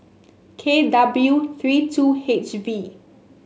K W three two H V